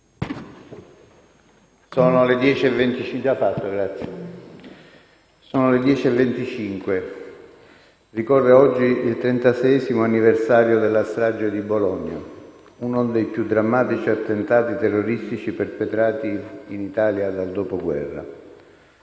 sono le ore 10,25. Ricorre oggi il trentaseiesimo anniversario della strage di Bologna, uno dei più drammatici attentati terroristici perpetrati in Italia dal dopoguerra.